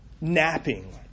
napping